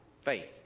Faith